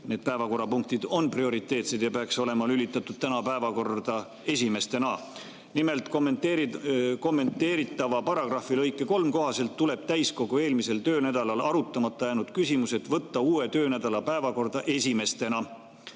need päevakorrapunktid on prioriteetsed ja peaksid olema lülitatud täna päevakorda esimestena. Nimelt: "Kommenteeritava paragrahvi lõike 3 kohaselt tuleb täiskogu eelmisel töönädalal arutamata jäänud küsimused võtta uue töönädala päevakorda esimestena.